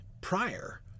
prior